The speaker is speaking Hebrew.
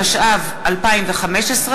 התשע"ו 2015,